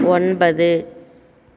ஒன்பது